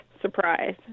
surprise